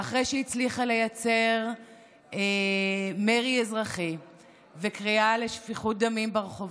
ואחרי שהיא הצליחה לייצר מרי אזרחי וקריאה לשפיכות דמים ברחובות,